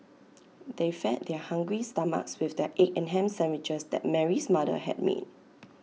they fed their hungry stomachs with the egg and Ham Sandwiches that Mary's mother had made